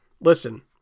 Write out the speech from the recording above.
listen